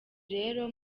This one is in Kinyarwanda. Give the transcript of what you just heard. rero